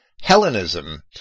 Hellenism